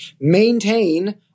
maintain